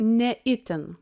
ne itin